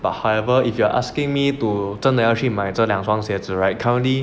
but however if you are asking me to 真的要去买这两双鞋子 right currently